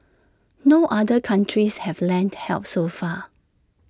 no other countries have lent help so far